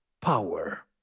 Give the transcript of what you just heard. power